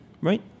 right